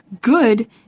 good